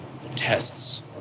tests